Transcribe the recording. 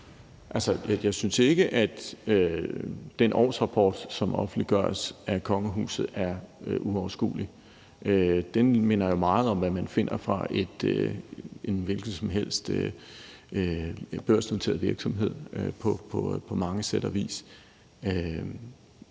Jeg synes ikke, at den årsrapport, som offentliggøres af kongehuset, er uoverskuelig. Den minder jo på sæt og vis meget om, hvad man finder fra en hvilken som helst børsnoteret virksomhed. Det er vel